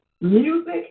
music